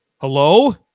hello